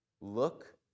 look